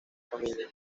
familia